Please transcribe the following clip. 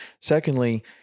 secondly